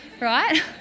right